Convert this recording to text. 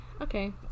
Okay